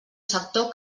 sector